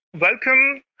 welcome